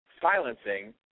silencing